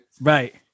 Right